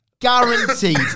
Guaranteed